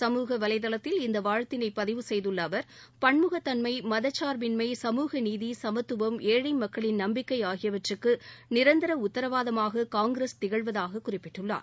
சமூக வலைதளத்தில் இந்த வாழ்த்தினை பதிவு செய்துள்ள அவர் பன்முகத்தன்மை மதச்சார்பின்மை சமூக நீதி சமத்துவம் ஏழை மக்களின் நம்பிக்கை ஆகியவற்றுக்கு நிரந்தர உத்தரவாதமாக காங்கிரஸ் திகழ்வதாக குறிப்பிட்டுள்ளார்